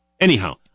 anyhow